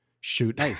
shoot